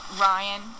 Ryan